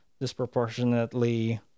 disproportionately